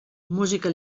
música